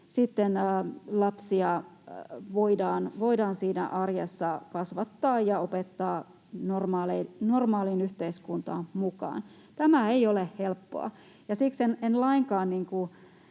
lapsia voidaan siinä arjessa kasvattaa ja opettaa olemaan normaalissa yhteiskunnassa mukana. Tämä ei ole helppoa, ja siksi en lainkaan